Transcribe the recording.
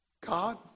God